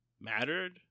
mattered